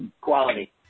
quality